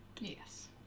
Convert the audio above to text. Yes